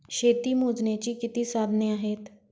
शेती मोजण्याची किती साधने आहेत?